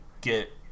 get